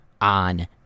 on